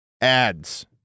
ads